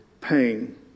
pain